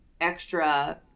extra